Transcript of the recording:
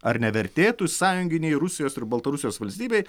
ar nevertėtų sąjunginei rusijos ir baltarusijos valstybei